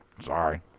sorry